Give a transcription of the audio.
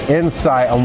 insight